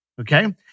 okay